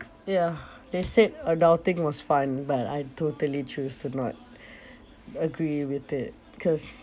ya they said adulting was fun but I totally choose to not agree with it cause